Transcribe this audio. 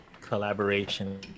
collaboration